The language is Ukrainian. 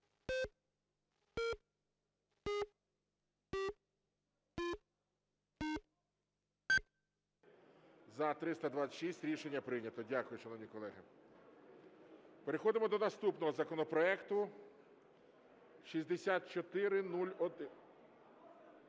За-326 Рішення прийнято. Дякую, шановні колеги. Переходимо до наступного законопроекту… Ми